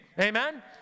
Amen